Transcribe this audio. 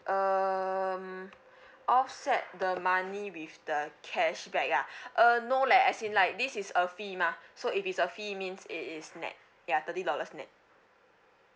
um offset the money with the cashback ah uh no leh as in like this is a fee mah so if it's a fee means it is nett ya thirty dollars nett